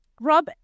rob